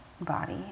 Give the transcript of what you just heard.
body